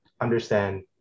understand